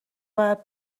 باید